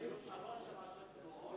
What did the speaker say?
יש שלוש ראשי תנועות.